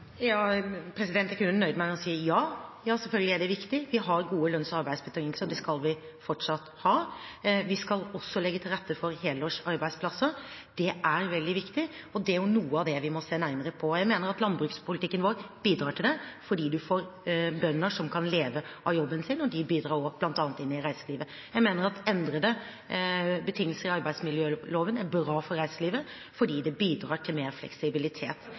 ja. Ja, selvfølgelig er det viktig. Vi har gode lønns- og arbeidsbetingelser, og det skal vi fortsatt ha. Vi skal også legge til rette for helårs arbeidsplasser – det er veldig viktig. Det er noe av det vi må se nærmere på. Jeg mener at landbrukspolitikken vår bidrar til det fordi man får bønder som kan leve av jobben, og de bidrar også bl.a. inn i reiselivet. Jeg mener at endrede betingelser i arbeidsmiljøloven er bra for reiselivet, fordi det bidrar til mer fleksibilitet